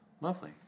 Lovely